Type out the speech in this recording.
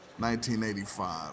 1985